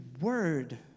word